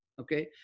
okay